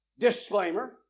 Disclaimer